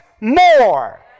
more